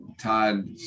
Todd